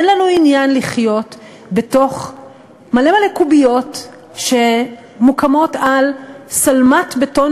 אין לנו עניין לחיות בתוך מלא מלא קוביות שמוקמות על שלמת בטון